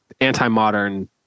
Anti-modern